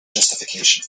justification